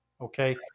Okay